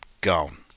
gone